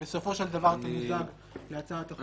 בסופו של דבר תמוזג להצעת החוק הממשלתית.